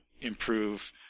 improve